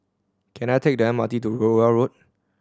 can I take the M R T to Rowell Road